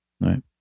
right